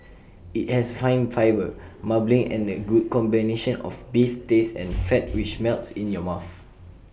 IT has fine fibre marbling and A good combination of beef taste and fat which melts in your mouth